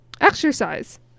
exercise